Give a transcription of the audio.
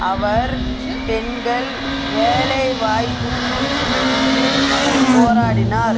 அவர் பெண்கள் வேலைவாய்ப்புக்கு போராடினார்